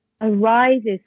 arises